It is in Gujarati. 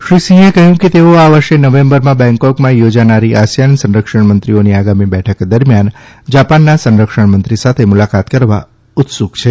શ્રી સિંહે કહ્યું કે તેઓ આ વર્ષે નવેમ્બરમાં બેંગકોકમાં યોજાનારી આસિયાન સંરક્ષણ મંત્રીઓની આગામી બેઠક દરમ્યાન જાપાનના સંરક્ષણમંત્રી સાથે મુલાકાત કરવા ઉત્સૂક છે